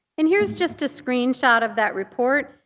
and here's just a screenshot of that report.